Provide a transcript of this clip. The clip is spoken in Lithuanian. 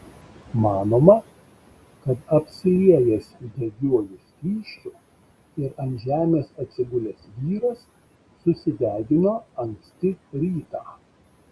manoma kad apsiliejęs degiuoju skysčiu ir ant žemės atsigulęs vyras susidegino anksti rytą